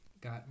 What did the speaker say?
got